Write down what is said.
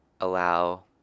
allow